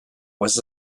was